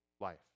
life